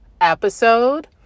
episode